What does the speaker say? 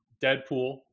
Deadpool